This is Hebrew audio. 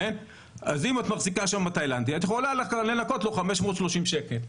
אז אם את מחזיקה שם תאילנדי את יכולה לנכות לו 530 שקלים,